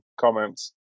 comments